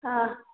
ಹಾಂ